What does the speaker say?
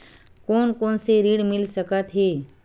कोन कोन से ऋण मिल सकत हे?